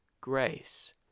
grace